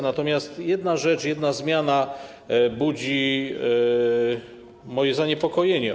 Natomiast jedna rzecz, jedna zmiana budzi moje zaniepokojenie.